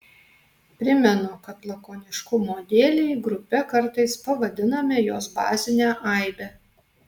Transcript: primenu kad lakoniškumo dėlei grupe kartais pavadiname jos bazinę aibę